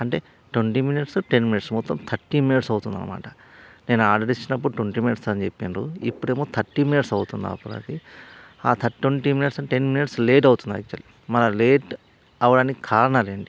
అంటే twenty minutes ten minutes మొత్తం thirty minutes అవుతుంది అనమాట నేను ఆర్డర్ ఇచ్చినప్పుడు ట్వంటీ మినిట్స్ అని చెప్పిండ్రు ఇప్పుడేమో థర్టీ మినిట్స్ అవుతుంది ఆ the twenty minutes ten minutes late అవుతున్నది యాక్చువల్లీ మరి ఆ లేట్ అవడానికి కారణాలు ఏంటి